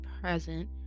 present